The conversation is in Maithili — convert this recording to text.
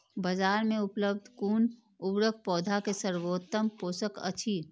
बाजार में उपलब्ध कुन उर्वरक पौधा के सर्वोत्तम पोषक अछि?